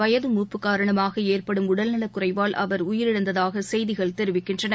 வயது மூப்பு காரணமாக ஏற்படும் உடல்நலக் குறைவால் அவர் உயிரிழந்ததாக செய்திகள் தெரிவிக்கின்றன